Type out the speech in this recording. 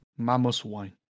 Mamoswine